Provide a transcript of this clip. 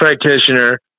practitioner